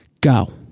Go